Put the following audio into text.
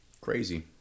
Crazy